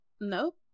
nope